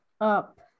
up